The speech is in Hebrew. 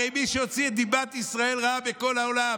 הרי מי שהוציא את דיבת ישראל רעה בכל העולם,